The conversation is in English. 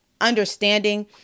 understanding